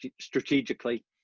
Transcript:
Strategically